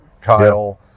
Kyle